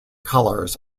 colors